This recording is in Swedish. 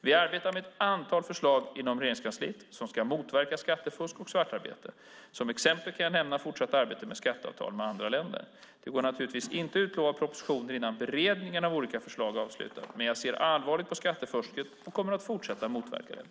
Vi arbetar med ett antal förslag inom Regeringskansliet som ska motverka skattefusk och svartarbete. Som exempel kan jag nämna det fortsatta arbetet med skatteavtal med andra länder. Det går naturligtvis inte att utlova propositioner innan beredningen av olika förslag är avslutad. Men jag ser allvarligt på skattefusket och kommer att fortsätta att motverka det.